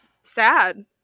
sad